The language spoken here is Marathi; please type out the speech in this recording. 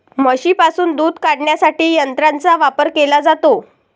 म्हशींपासून दूध काढण्यासाठी यंत्रांचा वापर केला जातो